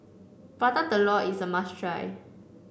Prata Telur is a must try